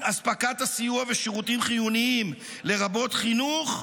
אספקת הסיוע ושירותים חיוניים, לרבות חינוך,